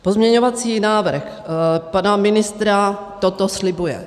Pozměňovací návrh pana ministra toto slibuje.